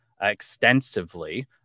Extensively